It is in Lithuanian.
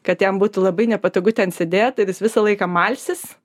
kad jam būtų labai nepatogu ten sėdėt ir jis visą laiką malsis